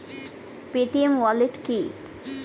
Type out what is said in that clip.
Paytm wallet কি?